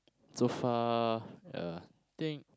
so far uh think